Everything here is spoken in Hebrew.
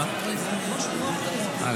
בעד,